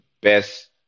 best